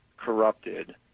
corrupted